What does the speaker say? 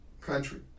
country